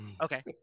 Okay